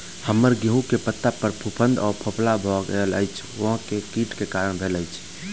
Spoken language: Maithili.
हम्मर गेंहूँ केँ पत्ता पर फफूंद आ फफोला भऽ गेल अछि, ओ केँ कीट केँ कारण भेल अछि?